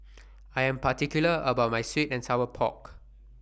I Am particular about My Sweet and Sour Pork